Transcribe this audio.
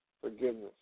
Forgiveness